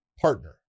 partner